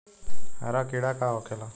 हरा कीड़ा का होखे ला?